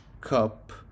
Cup